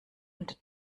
und